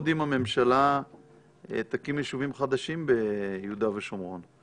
זה יהיה יפה מאוד אם הממשלה תקים יישובים חדשים ביהודה ושומרון.